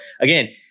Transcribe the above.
again